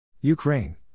Ukraine